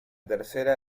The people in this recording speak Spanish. tercera